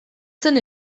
zen